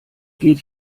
geht